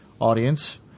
audience